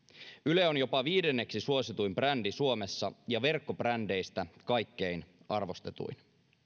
yle on jopa viidenneksi suosituin brändi suomessa ja verkkobrändeistä kaikkein arvostetuin